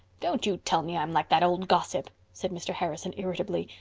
don't you tell me i'm like that old gossip, said mr. harrison irritably.